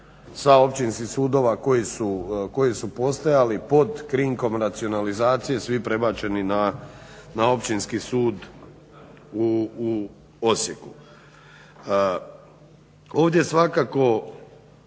sa općinskih sudova koji su postojali pod krinkom racionalizacije svi prebačeni na Općinski sud u Osijeku. Ovdje svakako